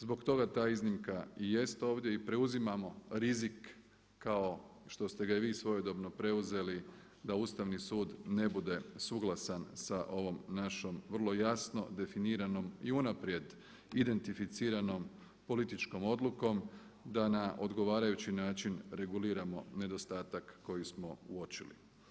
Zbog toga ta iznimka i jest ovdje i preuzimamo rizik kao što ste ga i vi svojedobno preuzeli da Ustavni sud ne bude suglasan sa ovom našom vrlo jasno definiranom i unaprijed identificiranom političkom odlukom, da na odgovarajući način reguliramo nedostatak koji smo uočili.